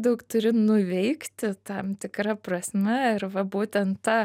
daug turi nuveikti tam tikra prasme ir va būtent ta